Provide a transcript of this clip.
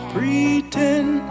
Pretend